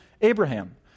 Abraham